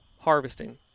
Harvesting